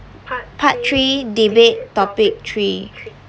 part three debate topic three